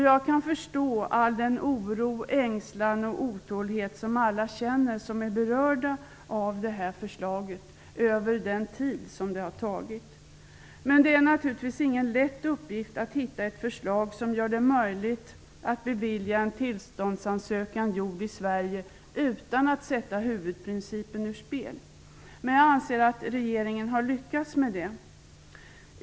Jag kan förstå all den oro, ängslan och otålighet som alla som är berörda av det här förslaget känner inför den långa tid som detta har tagit. Men det är naturligtvis ingen lätt uppgift att få fram ett förslag som gör det möjligt att bevilja en tillståndsansökan gjord i Sverige utan att huvudprincipen sätts ur spel. Men jag anser att regeringen har lyckats med det.